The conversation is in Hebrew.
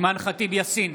נגד אימאן ח'טיב יאסין,